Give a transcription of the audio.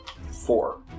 Four